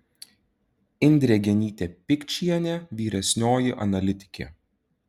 indrė genytė pikčienė vyresnioji analitikė